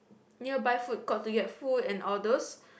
nearby food court to get food and all those